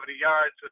yards